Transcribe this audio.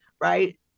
right